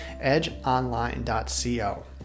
EdgeOnline.co